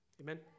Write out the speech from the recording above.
Amen